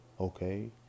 okay